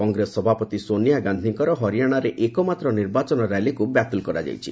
କଂଗ୍ରେସ ସଭାପତି ସୋନିଆ ଗାନ୍ଧିଙ୍କର ହରିଆଣାରେ ଏକ ମାତ୍ର ନିର୍ବାଚନ ର୍ୟାଲିକୁ ବାତିଲ କରାଯାଇଛି